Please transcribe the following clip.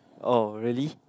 oh really